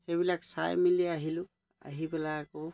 সেইবিলাক চাই মেলি আহিলোঁ আহি পেলাই আকৌ